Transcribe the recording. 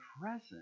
present